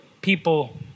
people